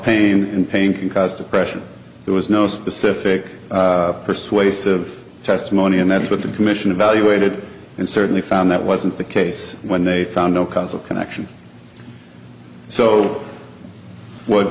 pain and pain can cause depression there was no specific persuasive testimony and that's what the commission evaluated and certainly found that wasn't the case when they found no causal connection so what